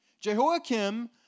Jehoiakim